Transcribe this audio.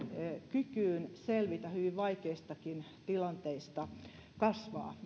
kykyyn selvitä hyvin vaikeistakin tilanteista kasvaa